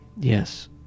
Yes